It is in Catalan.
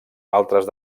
altres